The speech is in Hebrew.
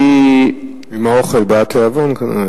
עם האוכל בא התיאבון.